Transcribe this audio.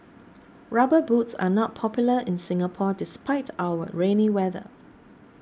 rubber boots are not popular in Singapore despite our rainy weather